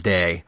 Day